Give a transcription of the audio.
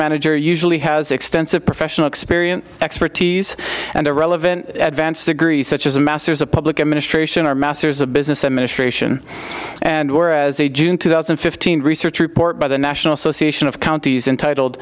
manager usually has extensive professional experience expertise and the relevant advanced degrees such as a masters of public administration or masters of business administration and or as a june two thousand and fifteen research report by the national association of counties entitled